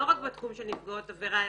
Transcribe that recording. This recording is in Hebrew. לא רק בתחום של נפגעות עבירה,